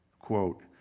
quote